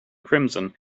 crimson